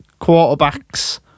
quarterbacks